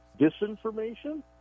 Disinformation